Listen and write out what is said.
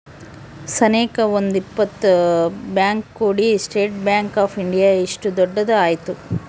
ಸನೇಕ ಒಂದ್ ಇಪ್ಪತ್ ಬ್ಯಾಂಕ್ ಕೂಡಿ ಸ್ಟೇಟ್ ಬ್ಯಾಂಕ್ ಆಫ್ ಇಂಡಿಯಾ ಇಷ್ಟು ದೊಡ್ಡದ ಆಯ್ತು